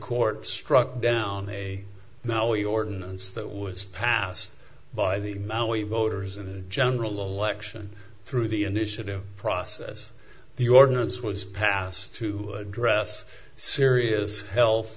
court struck down a now we ordinance that was passed by the maui voters and general election through the initiative process the ordinance was passed to address serious health